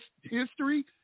history